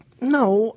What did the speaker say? no